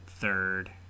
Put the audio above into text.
third